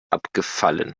abgefallen